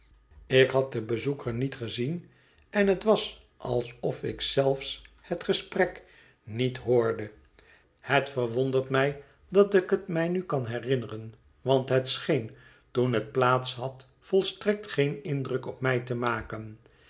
ik had het verlaten huis den bezoeker niet gezien en het was alsof ik zelfs het gesprek niet hoorde het verwondert mij dat ik het mij nu kan herinneren want het scheen toen het plaats had volstrekt geen indruk op mij té maken